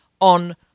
on